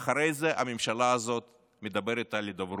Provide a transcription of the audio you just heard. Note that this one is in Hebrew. אחרי זה הממשלה הזאת מדברת על הידברות.